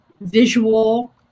visual